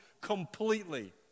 completely